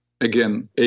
again